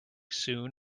soon